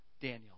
Daniel